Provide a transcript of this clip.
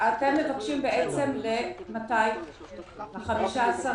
למתי אתם מבקשים?